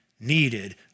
needed